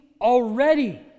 already